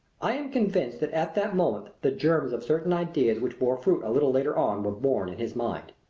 i am convinced that at that moment the germs of certain ideas which bore fruit a little later on were born in his mind.